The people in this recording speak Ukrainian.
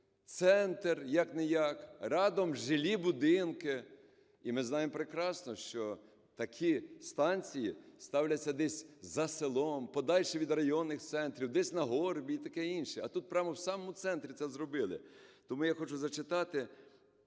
центр як не як, рядом жилі будинки. І ми знаємо прекрасно, що такі станції ставляться десь за селом, подальше від районних центрів, десь на горбі і таке інше. А тут прямо в самому центрі це зробили. Тому я хочу зачитати